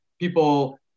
people